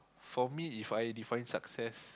for me If I define success